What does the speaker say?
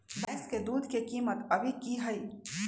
भैंस के दूध के कीमत अभी की हई?